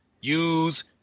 use